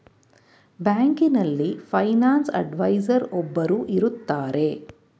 ಬ್ಯಾಂಕಿನಲ್ಲಿ finance adviser ಒಬ್ಬರು ಇರುತ್ತಾರೆ